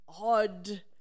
odd